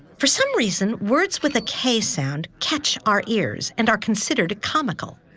for some reason, words with a k-sound catch our ears and are considered comical.